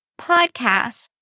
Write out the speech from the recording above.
podcast